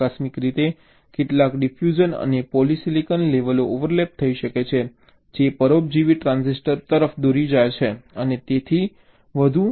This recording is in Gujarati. આકસ્મિક રીતે કેટલાક ડિફ્યુઝન અને પોલિસિલિકન લેવલો ઓવરલેપ થઈ શકે છે જે પરોપજીવી ટ્રાન્ઝિસ્ટર તરફ દોરી જાય છે અને તેથી વધુ